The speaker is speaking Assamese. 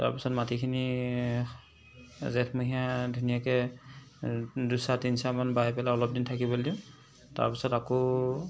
তাৰ পাছত মাটিখিনি জেঠ মহীয়া ধুনীয়াকৈ দুচাহ তিনিচাহমান বাই পেলাই অলপ দিন থাকিবলৈ দিওঁ তাৰ পিছত আকৌ